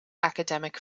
academic